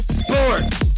sports